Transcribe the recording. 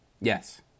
yes